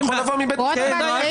רוטמן,